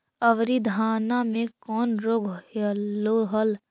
अबरि धाना मे कौन रोग हलो हल?